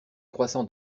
croissants